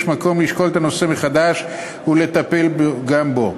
מקום לשקול את הנושא מחדש ולטפל גם בו,